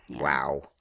Wow